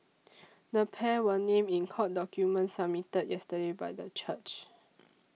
the pair were named in court documents submitted yesterday by the church